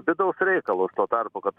vidaus reikalus tuo tarpu kad